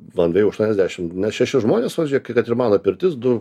ant dviejų aštuoniasdešim šeši žmonės va žiūrėkit kad ir mano pirtis du